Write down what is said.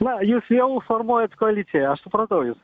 na jūs jau formuojat koaliciją aš supratau jus